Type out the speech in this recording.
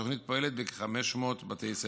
התוכנית פועלת בכ-500 בתי ספר.